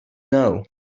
know